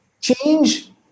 change